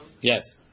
yes